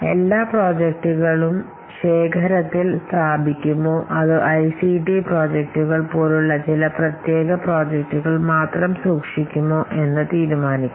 എല്ലാ പ്രോജക്റ്റുകളും ശേഖരത്തിൽ ഉണ്ടോ അതോ ഐസിടി പ്രോജക്ടുകൾ പോലുള്ള ഒരു പ്രത്യേക വിഭാഗം പ്രോജക്ടുകൾ മാത്രമാണോ എന്നും നമ്മൾ തീരുമാനിക്കണം